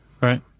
Right